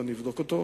ואני אבדוק אותו.